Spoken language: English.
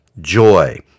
joy